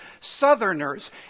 Southerners